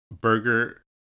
Burger